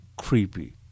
creepy